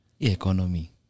Economy